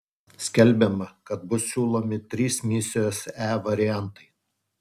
skelbiama kad bus siūlomi trys misijos e variantai